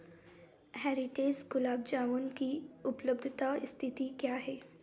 heritage gulab jamun की उपलब्धता स्थिति क्या है